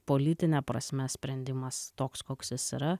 politine prasme sprendimas toks koks jis yra